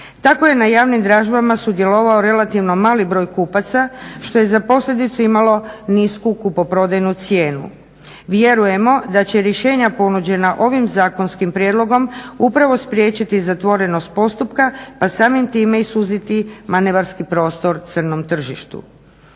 Tako je na javnim dražbama sudjelovao relativno mali broj kupaca što je za posljedicu imalo nisku kupoprodajnu cijenu. Vjerujemo da će rješenja ponuđena ovim zakonskim prijedlogom upravo spriječiti zatvorenost postupka, pa samim time i suziti manevarski prostor crnom tržištu.